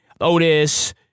Otis